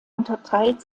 unterteilt